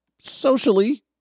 socially